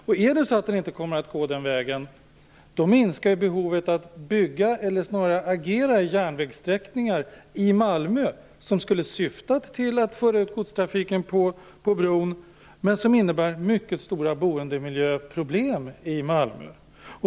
Kommer den inte att gå den vägen, minskar behovet av att bygga eller snarare agera i fråga om järnvägssträckningar i Malmö. De skulle syftat till att föra ut godstrafiken på bron, men skulle innebära mycket stora boendemiljöproblem i Malmö.